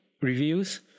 reviews